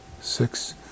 six